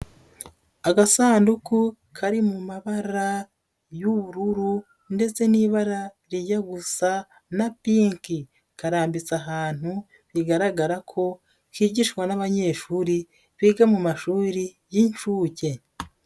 Agasanduku kari mu mabara y'ubururu ndetse n'ibara rijya gusa na pinki, karambitse ahantu bigaragara ko kigishwa n'abanyeshuri biga mu mashuri y'inshuke.